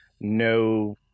no